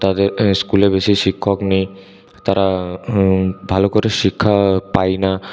তাদের স্কুলে বেশি শিক্ষক নেই তারা ভালো করে শিক্ষা পায় না